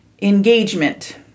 engagement